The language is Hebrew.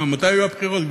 מתי היו הבחירות,